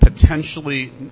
potentially